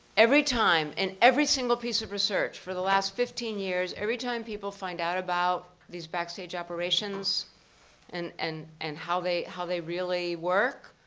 every time, and every single piece of research for the last fifteen years, every time people find out about these backstage operations and and and how they how they really work,